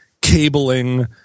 cabling